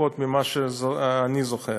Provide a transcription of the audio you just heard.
לפחות ממה שאני זוכר.